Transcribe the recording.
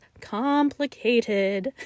complicated